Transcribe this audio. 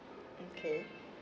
okay